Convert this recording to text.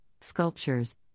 sculptures